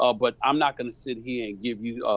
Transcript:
ah but i'm not gonna sit here and give you,